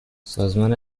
سازمان